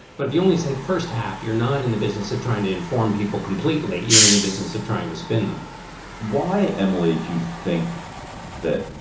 but if you only say the first half, you're not in the business of trying to inform people completely. you're in the business of trying to spin them why, emily, do you think that?